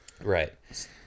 Right